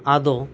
ᱟᱫᱚ